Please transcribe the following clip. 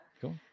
cool